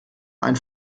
ein